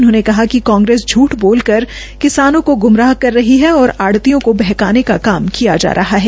उन्होंने कहा कि कांग्रेस झूठ बोलकर किसानों को गुमराह कर रही है और आढतियों को बहकाने का काम किया जा रहा है